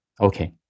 Okay